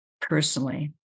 personally